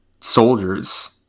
soldiers